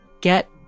get